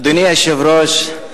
אדוני היושב-ראש,